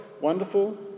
wonderful